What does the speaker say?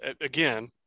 again